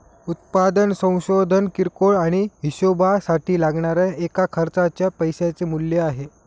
उत्पादन संशोधन किरकोळ आणि हीशेबासाठी लागणाऱ्या एका खर्चाच्या पैशाचे मूल्य आहे